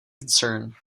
concern